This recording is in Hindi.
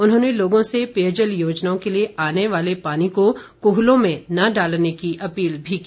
उन्होंने लोगों से पेयजल योजनाओं को लिए आने वाले पानी को कूहलों में न डालने की अपील भी की